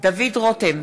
דוד רותם,